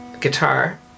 guitar